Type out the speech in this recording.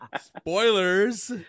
Spoilers